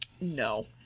No